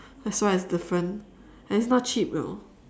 that's why it's different and it's not cheap you know